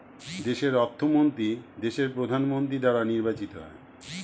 দেশের অর্থমন্ত্রী দেশের প্রধানমন্ত্রী দ্বারা নির্বাচিত হয়